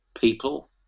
people